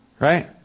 Right